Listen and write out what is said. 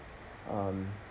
um